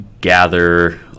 gather